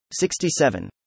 67